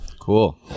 Cool